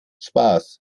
spaß